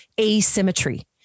asymmetry